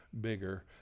bigger